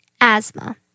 asthma